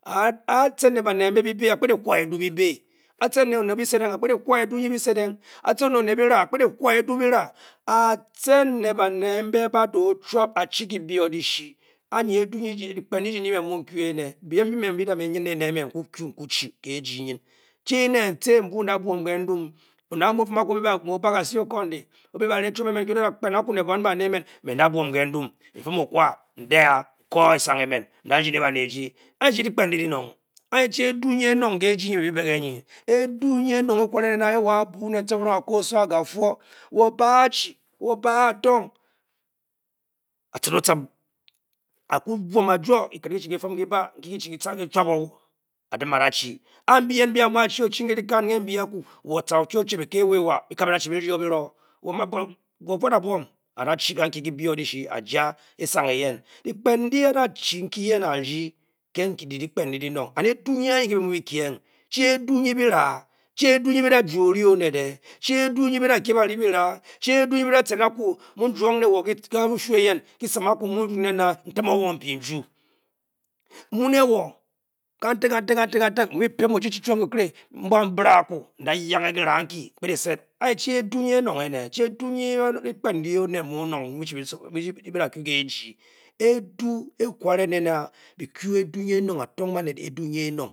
A-cen ne'banet byibe a'kpet a'kwa edu' byibi a-cen̄deng banet byi ledeng a'kpet eharya byi cedeng. a-ceing ne banet nbe-ba-da. o chwap a-chi byibyi-o dyishi anyi dyikpen ndy ji ndyi me mu'ku'éné byiem byi da me nyn n'ky-ku chi ke' eji nyn chi-ne-nci n'bu' da'bwom ke n'dum' nfum okwa n'de 'a. n'kōō esang émén nda ryi ke' banet eji anyi chi dyikpen ndyi dyinong anyi chi edu' nyi enong ke-eji be-byi bē ke'nyi. edu'nyi enong ekware-nen aā ke wo.ābú ne cifiring akóó osowo agāfuo wo. bāá ā-chi. wo-báá aitong a-cit o-cim a'ku bwom ajuo keket kyi-chi kyifum kyibáá nkyi-kyi-chi kyi-chwap-o a'dim a'da-chi. a' byi eyem nbyi ke dikan ke byi a'ku wo-oshe-oshe byika eiwa-e'wa. byika byi da-chi byi kyi-o birōō. wo bwat. a'bw'om a'da-chi kan-kyi. kyi-by-o dyishiba-ja e-sang ēyēn dyikpen ndyi a'da-chi nkyi-yen a'ryi ke ndyi dyikpen ndyi dynong edu'anyi ke-byi mu' byi-keing chi edu' nyi byirāā, chi edu' nyi byi da'ju or'onet'e chi edu' nyi byida kye'bari byiráá. chi edu nyi mu' jwong ne'wo. n'ba' bre n-yip n'pi-n-tin o-o nju. mu'me wo. kanta-kantá byi mu' pem'nbrenda'yange kyiráá a'kyi n-kpet e-cet anyi chi edu' nyi enong èné chi edu' nyi dyikpen ndyi dyinong. ndyi byi ku kiiji edu'ekware neu. a'byi leu' afonge onet edu nyi enong.